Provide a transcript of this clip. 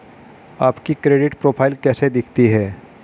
आपकी credit profile कैसी दिखती है?